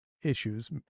Issues